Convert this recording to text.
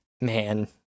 man